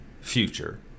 future